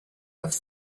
have